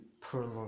prolong